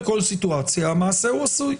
לא בכל סיטואציה המעשה הוא עשוי.